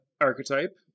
archetype